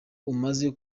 umaze